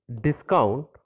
discount